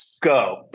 go